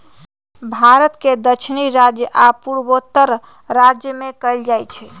भारत के दक्षिणी राज्य आ पूर्वोत्तर राज्य में कएल जाइ छइ